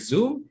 Zoom